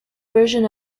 version